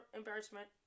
embarrassment